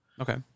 Okay